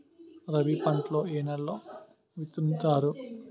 రబీ పంటలను ఏ నెలలో విత్తుతారు?